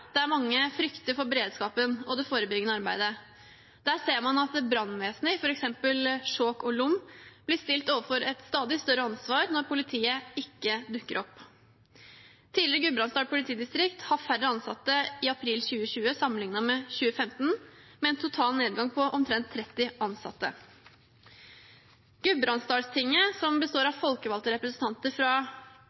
der mange frykter for beredskapen og det forebyggende arbeidet. Der ser man at brannvesenet i f.eks. Skjåk og Lom blir stilt overfor et stadig større ansvar når politiet ikke dukker opp. Tidligere Gudbrandsdal politidistrikt har færre ansatte i april 2020 sammenlignet med 2015, med en total nedgang på omtrent 30 ansatte. Gudbrandsdalstinget, som består av folkevalgte representanter fra